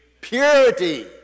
Purity